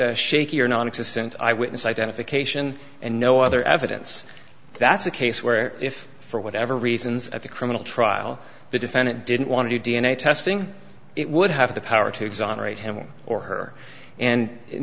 shaky or nonexistent eyewitness identification and no other evidence that's a case where if for whatever reasons at the criminal trial the defendant didn't want to do d n a testing it would have the power to exonerate him or her and in